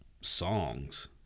songs